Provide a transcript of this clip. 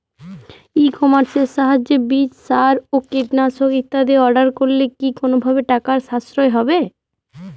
ই কমার্সের সাহায্যে বীজ সার ও কীটনাশক ইত্যাদি অর্ডার করলে কি কোনোভাবে টাকার সাশ্রয় হবে?